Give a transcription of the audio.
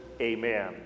Amen